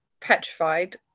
petrified